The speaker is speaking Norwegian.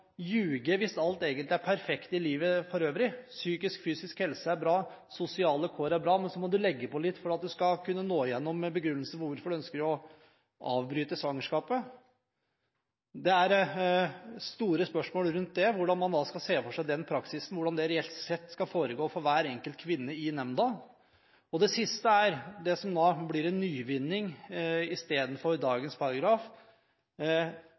lyve hvis alt egentlig er perfekt i livet for øvrig – hvis psykisk og fysisk helse er bra, og sosiale kår er bra? Må man da legge til litt for at man skal kunne nå gjennom med begrunnelsen for hvorfor man ønsker å avbryte svangerskapet? Det er store spørsmål rundt hvordan man da skal se for seg den praksisen, og hvordan det reelt sett skal foregå for hver enkelt kvinne, i nemnda. Det siste er det som blir en nyvinning